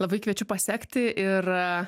labai kviečiu pasekti ir